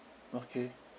okay